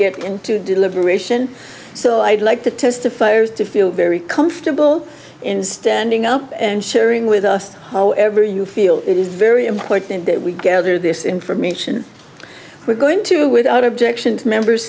get into deliberation so i'd like to testify to feel very comfortable in standing up and sharing with us however you feel it is very important that we gather this information we're going to without objection to members